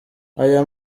aya